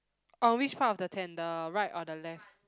on which part of the tent right or the left